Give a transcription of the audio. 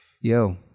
Yo